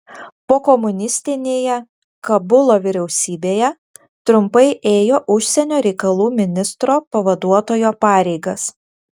pokomunistinėje kabulo vyriausybėje trumpai ėjo užsienio reikalų ministro pavaduotojo pareigas